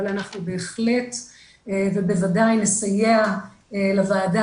אבל אנחנו בהחלט ובוודאי נסייע לוועדה